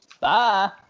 Bye